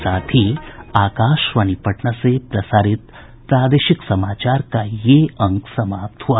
इसके साथ ही आकाशवाणी पटना से प्रसारित प्रादेशिक समाचार का ये अंक समाप्त हुआ